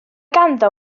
ganddo